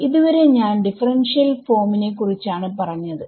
ഇതുവരെ ഞാൻ differential form നെ കുറിച്ചാണ് പറഞ്ഞത്